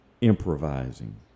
improvising